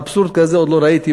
אבסורד כזה עוד לא ראיתי בחיים.